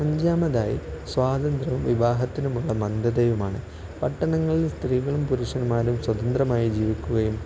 അഞ്ചാമതായി സ്വാതന്ത്ര്യവും വിവാഹത്തിനുമുള്ള മന്ദതയുമാണ് പട്ടണങ്ങളിൽ സ്ത്രീകളും പുരുഷന്മാരും സ്വതന്ത്രമായി ജീവിക്കുകയും